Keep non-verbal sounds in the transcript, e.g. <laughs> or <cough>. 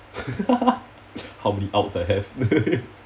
<laughs> how many outs I have <laughs>